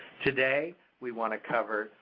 today we want to cover,